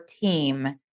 team